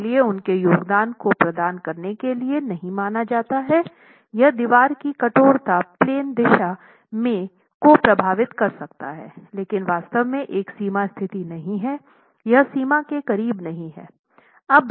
इसलिए उनके योगदान को प्रदान करने के लिए नहीं माना जाता है यह दीवार की कठोरता प्लेन दिशा में को प्रभावित कर सकता है लेकिन वास्तव में एक सीमा स्थिति नहीं है यह सीमा के करीब नहीं हैं